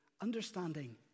understanding